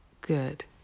good